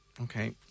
Okay